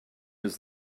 his